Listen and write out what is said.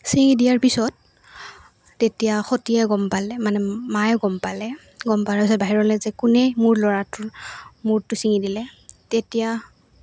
ছিঙি দিয়াৰ পিছত তেতিয়া সতীয়ে গম পালে মানে মায়ো গম পালে গম পোৱাৰ পিছত বাহিৰলৈ যে কোনে মোৰ ল'ৰাটোৰ মূৰটো ছিঙি দিলে তেতিয়া